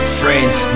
friends